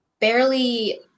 barely